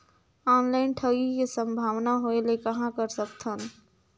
Online ठगी के संभावना होय ले कहां कर सकथन?